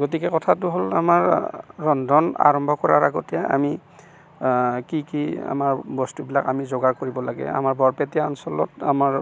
গতিকে কথাটো হ'ল আমাৰ ৰন্ধন আৰম্ভ কৰাৰ আগতে আমি কি কি আমাৰ বস্তুবিলাক আমি যোগাৰ কৰিব লাগে আমাৰ বৰপেটীয়া অঞ্চলত আমাৰ